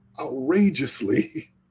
outrageously